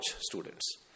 students